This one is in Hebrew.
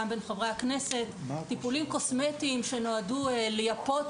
גם בין חברי הכנסת טיפולים קוסמטיים שנועדו לייפות